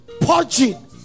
Purging